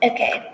Okay